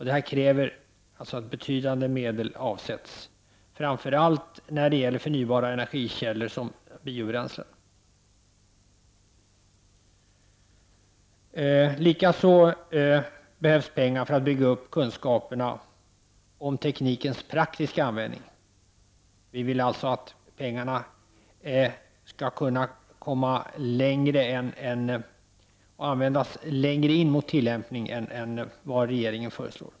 Det krävs att betydande medel avsätts framför allt till förnybara energikällor såsom biobränslen. Likaså behövs pengar för att bygga upp kunskaperna om teknikens praktiska tillämpning. Vi vill alltså att pengarna skall kunna användas längre in mot tillämpningen än vad regeringen föreslår.